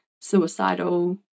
suicidal